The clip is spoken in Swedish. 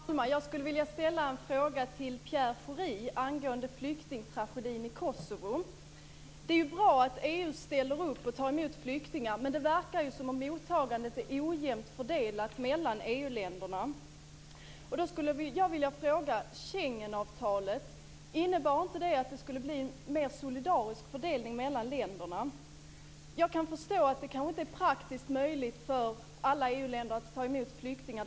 Fru talman! Jag skulle vilja ställa en fråga till Det är bra att EU ställer upp och tar emot flyktingar. Men det verkar som om mottagandet är ojämnt fördelat mellan EU-länderna. Jag skulle vilja fråga om inte Schengenavtalet innebar att det skulle bli en mer solidarisk fördelning mellan länderna. Jag kan förstå att det kanske inte är praktiskt möjligt för alla EU-länder att ta emot flyktingar.